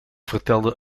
vertelde